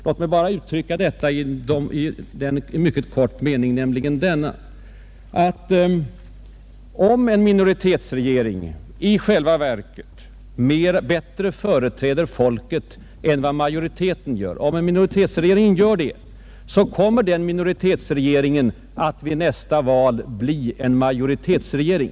Låt mig uttrycka det i följande korta mening: om en minoritetsregering i själva verket företräder folket bättre än vad majoriteten gör, så kommer den minoritetsregeringen vid nästa val att bli en majoritetsregering.